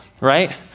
Right